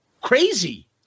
Crazy